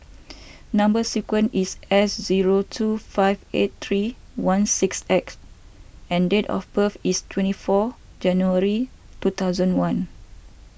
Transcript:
Number Sequence is S zero two five eight three one six X and date of birth is twenty four January two thousand one